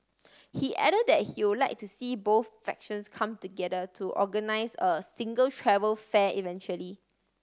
he add that he would like to see both factions come together to organise a single travel fair eventually